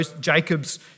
Jacob's